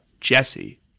Jesse